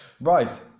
Right